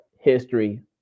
history